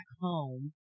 home